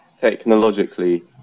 technologically